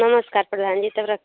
नमस्कार प्रधान जी तब रख